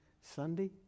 Sunday